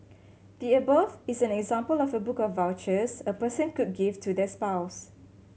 the above is an example of a book of vouchers a person could give to their spouse